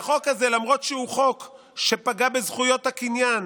למרות שהחוק הזה פגע בזכויות הקניין